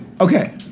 Okay